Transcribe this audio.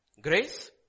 Grace